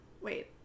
Wait